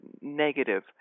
negative